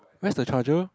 where's the charger